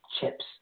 chips